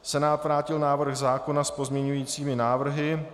Senát vrátil návrh zákona s pozměňujícími návrhy.